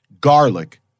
garlic